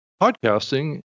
podcasting